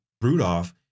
Rudolph